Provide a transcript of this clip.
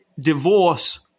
divorce